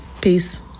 Peace